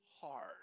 hard